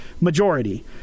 majority